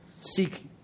seek